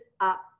up